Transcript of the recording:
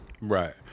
Right